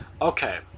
Okay